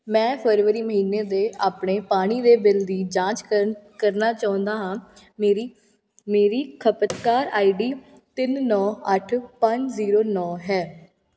ਮੈਂ ਫਰਵਰੀ ਮਹੀਨੇ ਦੇ ਆਪਣੇ ਪਾਣੀ ਦੇ ਬਿੱਲ ਦੀ ਜਾਂਚ ਕਰਨ ਕਰਨਾ ਚਾਹੁੰਦਾ ਹਾਂ ਮੇਰੀ ਮੇਰੀ ਖਪਤਕਾਰ ਆਈਡੀ ਤਿੰਨ ਨੌਂ ਅੱਠ ਪੰਜ ਜੀਰੋ ਨੌਂ ਹੈ